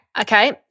Okay